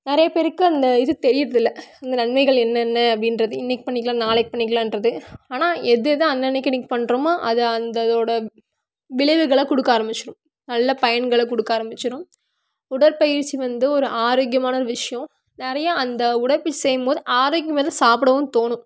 நிறைய பேருக்கு அந்த இது தெரியுறது இல்லை இந்த நன்மைகள் என்னென்ன அப்படின்றது இன்றைக்கு பண்ணிக்கலாம் நாளைக்கு பண்ணிக்கலாம்ன்றது ஆனால் எதெதை அன்னன்னைக்கு இன்றைக்கு பண்ணுறோமோ அது அந்த இதோட விளைவுகளை கொடுக்க ஆரம்பிச்சிடும் நல்ல பயன்களை கொடுக்க ஆரம்பிச்சிடும் உடற்பயிற்சி வந்து ஒரு ஆரோக்கியமான ஒரு விஷயம் நிறையா அந்த உடற்பயிற்சி செய்யும் போது ஆரோக்கியமாக தான் சாப்பிடவும் தோணும்